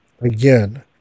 again